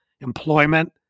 employment